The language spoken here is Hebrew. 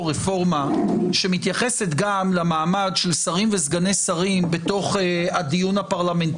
רפורמה שמתייחסת גם למעמד של שרים וסגני השרים בדיון הפרלמנטרי.